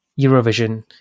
Eurovision